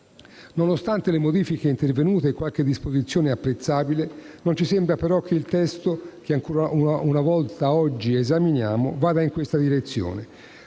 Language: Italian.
Nonostante le modifiche intervenute e qualche disposizione apprezzabile, non ci sembra che il testo, che ancora una volta esaminiamo oggi, vada in questa direzione.